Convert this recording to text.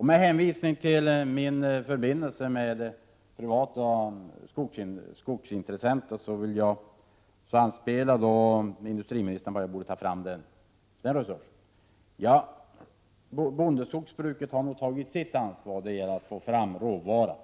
Industriministern anspelade på mina förbindelser med privata skogsintres — Prot. 1987/88:34 senter och ville tala om var resurserna borde hämtas. Bondeskogsbruket har 30 november 1987 nu tagit sitt ansvar när det gäller att få fram råvara.